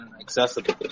accessible